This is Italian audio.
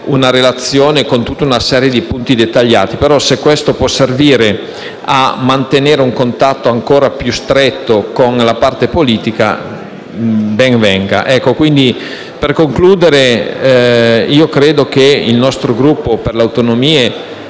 una relazione contenente una serie di punti dettagliati; tuttavia, se questo può servire a mantenere un contatto ancora più stretto con la parte politica, ben venga. In conclusione rilevo che il nostro Gruppo ha seguito